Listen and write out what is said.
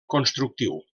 constructiu